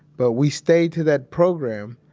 but we stay to that program,